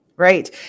Right